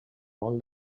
molt